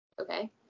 okay